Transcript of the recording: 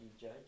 judge